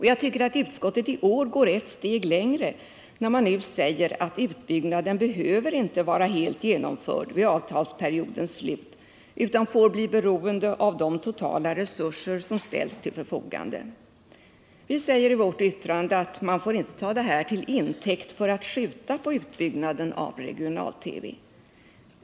Jag tycker att utskottet i år går ett steg längre när man nu säger att utbyggnaden inte behöver vara helt genomförd vid avtalsperiodens slut utan får bli beroende av de totala resurser som ställs till förfogande. Vi säger i vårt yttrande att man inte får ta det här till intäkt för att skjuta på utbyggnaden av regional-TV.